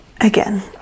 again